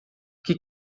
que